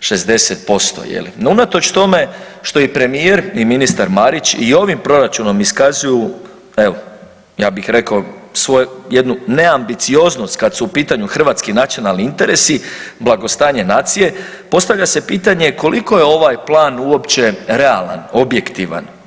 60%, no unatoč tome što i premijer i ministar Marić i ovim proračunom iskazuju, evo ja bih rekao svoju jednu neambicioznost kad su u pitanju hrvatski nacionalni interesi, blagostanje nacije, postavlja se pitanje koliko je ovaj plan uopće realan, objektivan?